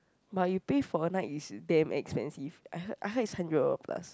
but you pay for a night is damn expensive I heard I heard is hundred over plus